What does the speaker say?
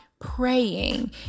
praying